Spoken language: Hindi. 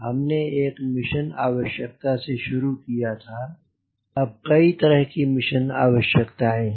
हमने एक मिशन आवश्यकता से शुरू किया था अब कई तरह की मिशन आवश्यकताएं हैं